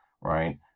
right